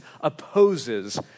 opposes